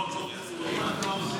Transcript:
ד"ר יאסר חוג'יראת.